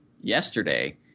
yesterday